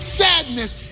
sadness